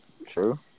True